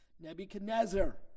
Nebuchadnezzar